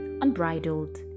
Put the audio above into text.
Unbridled